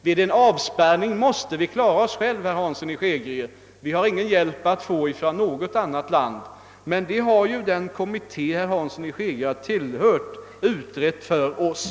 Vid en avspärrning måste vi klara oss själva, herr Hansson i Skegrie! Vi kan inte få hjälp från något annat land. Men det har ju den kommitté herr Hansson i Skegrie har tillhört utrett för oss.